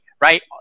right